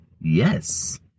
Yes